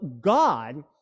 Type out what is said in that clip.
God